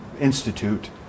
institute